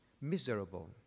Miserable